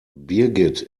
birgit